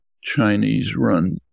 Chinese-run